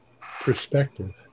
perspective